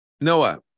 noah